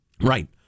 Right